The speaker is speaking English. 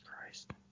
Christ